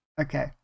Okay